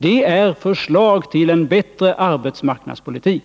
Det är förslag till en bättre arbetsmarknadspolitik.